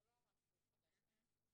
זה לא משהו שהוא חדש להם,